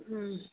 हुँ